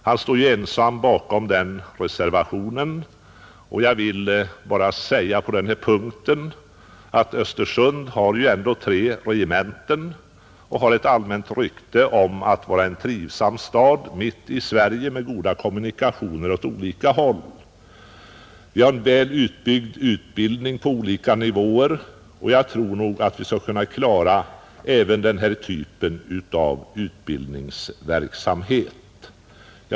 Han står ensam bakom den reservationen, och jag vill på denna punkt bara framhålla att Östersund ändå har tre regementen och ett allmänt rykte om att vara en trivsam stad mitt i Sverige med goda kommunikationer åt olika håll. Det finns en väl utbyggd utbildning på olika nivåer, och jag tror nog att vi skall kunna klara även den här typen av utbildningsverksamhet.